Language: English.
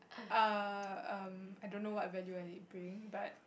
err um I don't know what value I bring but